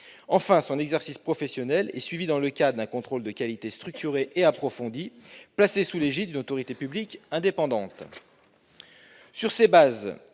Enfin, son exercice professionnel est suivi dans le cadre d'un contrôle de qualité structuré et approfondi, placé sous l'égide d'une autorité publique indépendante. « Sur ces bases,